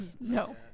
No